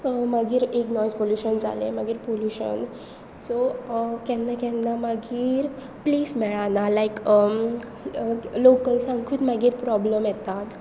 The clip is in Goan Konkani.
मागीर एक नॉयज पोल्युशन जालें मागीर पोल्युशन सो केन्ना केन्ना मागीर प्लेस मेळना लायक लोकल्सांकूच मागीर प्रोब्लम येतात